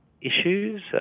issues